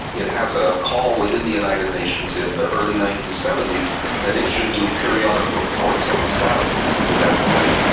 it has a call within the united nations in the early nineteen seventy s that it should do periodic reports on the status of so the death penalty.